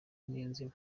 niyonzima